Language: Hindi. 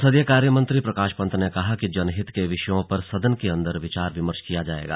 संसदीय कार्य मंत्री प्रकाश पंत ने कहा है कि जनहित के विषयों पर सदन के अन्दर विचार विमर्श किया जायेगा